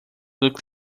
looks